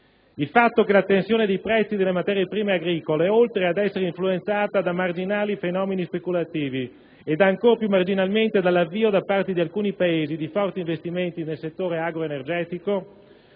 Il fatto che la tensione dei prezzi delle materie prime agricole - oltre ad essere influenzata da marginali fenomeni speculativi ed ancor più marginalmente dall'avvio da parte di alcuni Paesi di forti investimenti nel settore agroenergetico